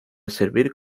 servir